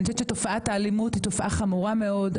אני חושבת שתופעת האלימות היא תופעה חמורה מאוד,